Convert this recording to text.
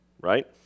right